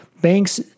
banks